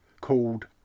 called